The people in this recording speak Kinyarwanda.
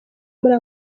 muri